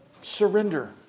surrender